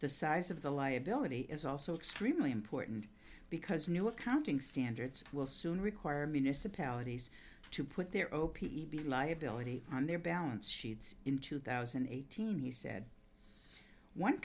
the size of the liability is also extremely important because new accounting standards will soon require municipalities to put their o p e b liability on their balance sheets in two thousand and eighteen he said one